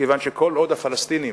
מכיוון שכל עוד הפלסטינים